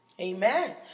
Amen